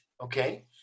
Okay